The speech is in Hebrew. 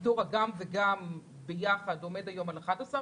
האיתור של גם וגם ביחד עומד היום על 11%,